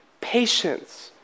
patience